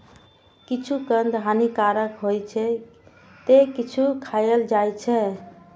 किछु कंद हानिकारक होइ छै, ते किछु खायल जाइ छै